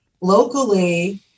locally